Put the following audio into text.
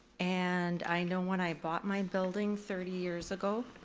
and i know when i bought my building thirty years ago,